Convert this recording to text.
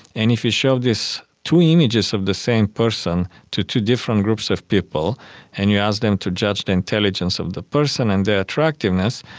and if you show these two images of the same person to two different groups of people and you ask them to judge the intelligence of the person and their attractiveness,